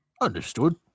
Understood